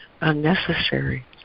unnecessary